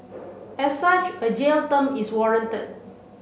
as such a jail term is warranted